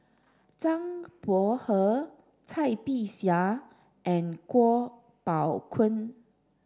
Zhang Bohe Cai Bixia and Kuo Pao Kun